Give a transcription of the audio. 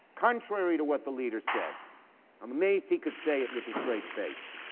contrary to what the leader said, i'm amazed he could say it with a straight face.